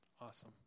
Awesome